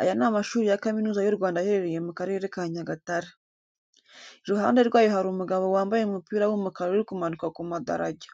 Aya ni amashuri ya Kaminuza y'u Rwanda aherereye mu Karere ka Nyagatare. Iruhande rwayo hari umugabo wambaye umupira w'umukara uri kumanuka ku madarajya.